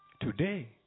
Today